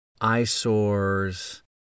eyesores